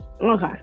okay